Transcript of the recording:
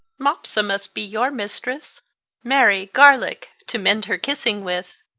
mopsa must be your mistress marry, garlic, to mend her kissing with!